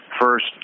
first